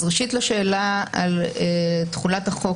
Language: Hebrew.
אז ראשית לשאלה על תחולת החוק,